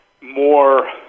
more